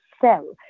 sell